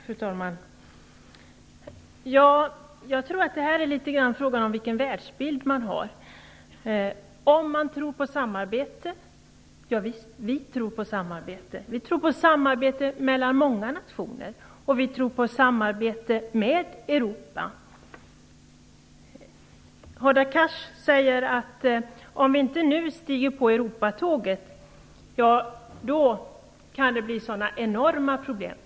Fru talman! Jag tror att det är frågan om vilken världsbild man har. Vi tror på samarbete mellan många nationer, och vi tror på samarbete med Europa. Hadar Cars säger att det kan bli enorma problem om vi inte stiger på Europatåget nu.